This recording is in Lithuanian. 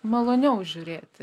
maloniau žiūrėti